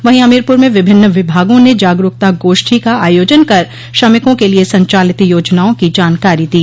वहीं हमीरपूर में विभिन्न विभागों ने जागरूकता गोष्ठी का आयोजन कर श्रमिकों के लिये संचालित योजनाओं की जानकारी दी